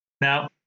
Now